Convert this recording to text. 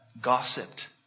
gossiped